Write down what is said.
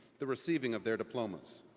the receiving if their diplomas.